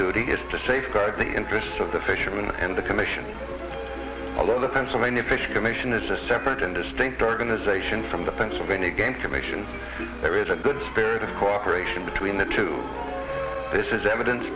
is to safeguard the interests of the fishermen and the commission all of the pennsylvania fish commission is a separate and distinct organization from the pennsylvania game commission there is a good spirit of cooperation between the two this is evidence